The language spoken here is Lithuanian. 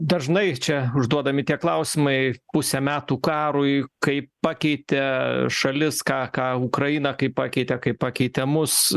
dažnai čia užduodami tie klausimai pusę metų karui kaip pakeitė šalis ką ką ukraina kaip pakeitė kaip pakeitė mus